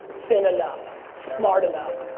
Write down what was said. thin enough, smart enough,